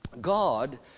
God